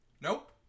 Nope